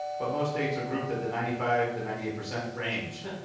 but most states are grouped at the ninety five to ninety eight percent range.